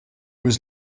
was